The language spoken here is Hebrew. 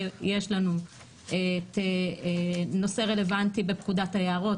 ויש לנו את נושא רלוונטי בפקודת היערות,